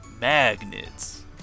magnets